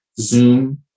Zoom